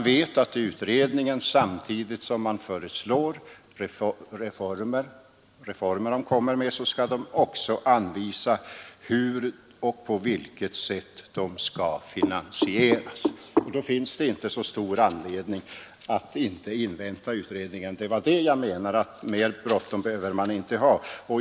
Vidare vet herr Mundebo att samtidigt som utredningen föreslår en pensionsreform skall man också anvisa på vilket sätt reformen skall finansieras. Då saknas det väl anledning att inte avvakta utredningens förslag. Det var det jag menade, när jag sade att mera bråttom behöver vi inte ha.